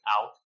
out